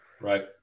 Right